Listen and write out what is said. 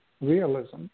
realism